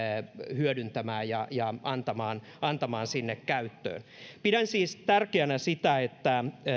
hyödyntämään ja ja antamaan antamaan käyttöön pidän siis tärkeänä sitä että